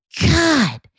God